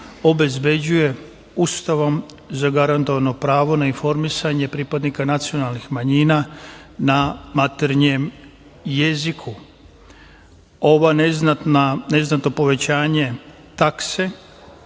obezbeđuje Ustavom zagarantovano pravo na informisanje pripadnika nacionalnih manjina na maternjem jeziku. Ovo neznatno povećanje takse